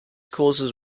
causes